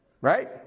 Right